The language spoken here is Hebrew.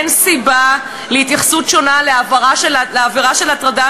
אין סיבה להתייחסות שונה לעבירה של הטרדה